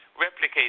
replicate